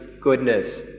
goodness